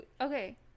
Okay